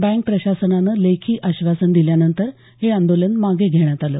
bank प्रशासनानं लेखी आश्वासन दिल्यानंतर हे आंदोलन मागे घेण्यात आलं